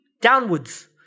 downwards